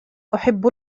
أحب